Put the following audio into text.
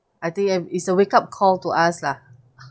I think am is a wake up call to us lah